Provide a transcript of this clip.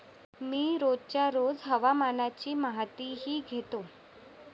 मी रोजच्या रोज हवामानाची माहितीही घेतो